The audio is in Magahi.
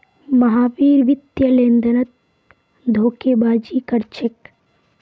महावीर वित्तीय लेनदेनत धोखेबाजी कर छेक